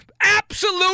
Absolute